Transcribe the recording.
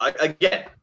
again